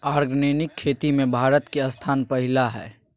organic खेती में भारत के स्थान पहिला हइ